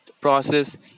process